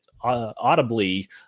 audibly